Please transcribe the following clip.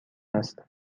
است